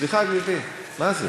סליחה, גברתי, מה זה?